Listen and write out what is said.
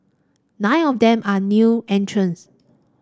nine of them are new entrants